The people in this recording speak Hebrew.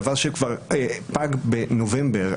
דבר שכבר פג תוקפו בנובמבר.